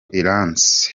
iranzi